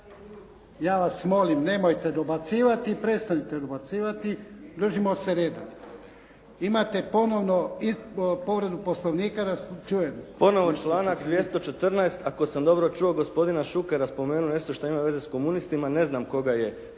Ja vas molim nemojte dobacivati i prestanite dobacivati. Držimo se reda. Imate ponovno povredu Poslovnika. Da čujem. **Bauk, Arsen (SDP)** Ponovo članak 214. ako sam dobro čuo gospodina Šukera. Spomenuo je nešto što ima veze sa komunistima. Ne znam koga je htio